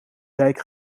dijk